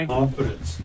confidence